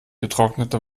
getrocknete